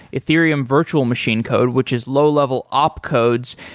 ethereum virtual machine code, which is low level opcodes.